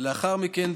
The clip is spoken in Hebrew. לאחר מכן,